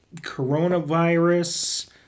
coronavirus